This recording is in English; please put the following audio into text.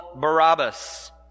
Barabbas